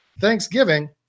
Thanksgiving